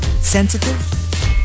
sensitive